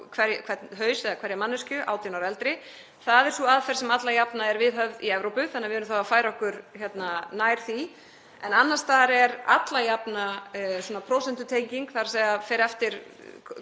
hverja manneskju 18 ára og eldri. Það er sú aðferð sem alla jafna er viðhöfð í Evrópu þannig að við erum þá að færa okkur nær því. En annars staðar er yfirleitt prósentutenging, þ.e. það fer eftir